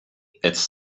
its